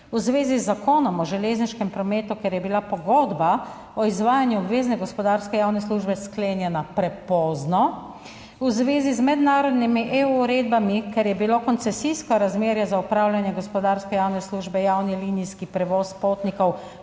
v zvezi z Zakonom o železniškem prometu, ker je bila pogodba o izvajanju obvezne gospodarske javne službe sklenjena prepozno, v zvezi z mednarodnimi EU uredbami, ker je bilo koncesijsko razmerje za opravljanje gospodarske javne službe javni linijski prevoz potnikov